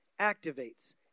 activates